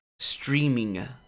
Streaming